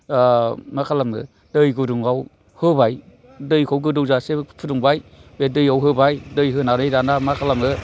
मा खालामो दै गुदुङाव होबाय दैखौ गोदौजासे फुदुंबाय बे दैयाव होबाय दै होनानै दाना मा खालामो